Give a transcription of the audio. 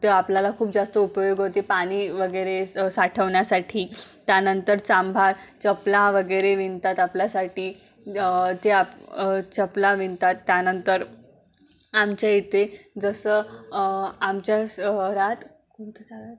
त आपल्याला खूप जास्त उपयोग होते पाणी वगेरे साठवण्यासाठी त्यानंतर चांभार चपला वगैरे विण णतात आपल्यासाठी ते आप चपला विणतात त्यानंतर आमच्या इथे जसं आमच्या घरात